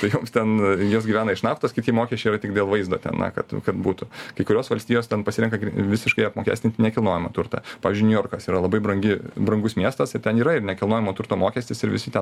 tai joms ten jos gyvena iš naftos kiti mokesčiai yra tik dėl vaizdo ten na kad kad būtų kai kurios valstijos ten pasirenka visiškai apmokestinti nekilnojamą turtą pavyzdžiui niujorkas yra labai brangi brangus miestas ir ten yra ir nekilnojamo turto mokestis ir visi ten